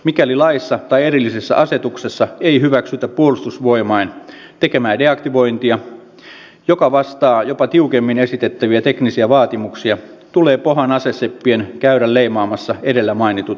mikäli laissa tai erillisessä asetuksessa ei hyväksytä puolustusvoimain tekemää deaktivointia joka vastaa jopa tiukemmin esitettäviä teknisiä vaatimuksia tulee pohan aseseppien käydä leimaamassa edellä mainitut aseet